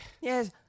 Yes